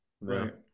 right